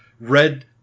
Red